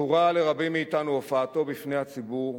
זכורה לרבים מאתנו הופעתו בפני הציבור